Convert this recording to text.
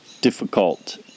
difficult